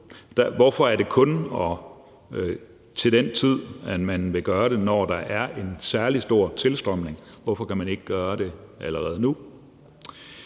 Hvorfor er det kun til den tid, at man vil gøre det, altså når der er en særlig stor tilstrømning? Hvorfor kan man ikke gøre det allerede nu?